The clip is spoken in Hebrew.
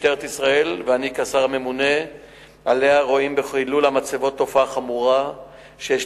משטרת ישראל ואני כשר הממונה עליה רואים בחילול המצבות תופעה חמורה שיש